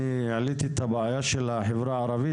אני העליתי את הבעיה של החברה הערבית,